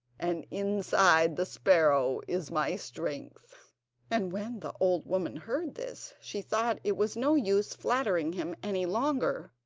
and inside the sparrow is my strength and when the old woman heard this, she thought it was no use flattering him any longer,